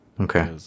Okay